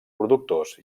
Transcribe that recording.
productors